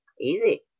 Easy